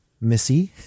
Missy